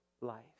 life